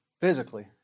physically